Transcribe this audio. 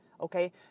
Okay